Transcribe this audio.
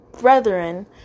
brethren